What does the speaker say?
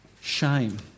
shame